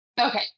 Okay